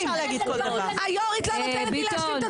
זה לא מה שהיא אומרת.